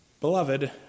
Beloved